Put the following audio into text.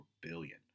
billion